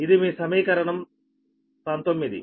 ఇది మీ సమీకరణం 19